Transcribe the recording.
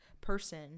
person